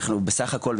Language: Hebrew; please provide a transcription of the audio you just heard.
אנחנו בסך הכל,